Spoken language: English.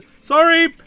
Sorry